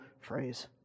phrase